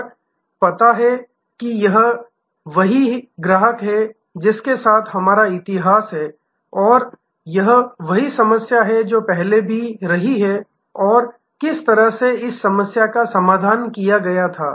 और पता है कि यह यह वही ग्राहक है जिसके साथ हमारा इतिहास है और यह वही समस्या है जो पहले भी रही है और किस तरह से इस समस्या का समाधान किया गया था